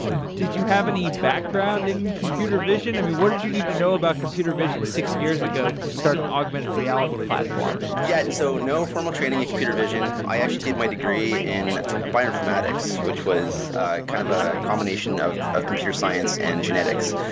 did you have any background in computer vision? i mean, what did you need to know about computer vision six years ago to start an augmented reality platform? yeah. and so no formal training in computer vision. i actually did my degree in ah bioinformatics, which was a kind of ah combination of of computer science and genetics.